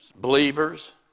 believers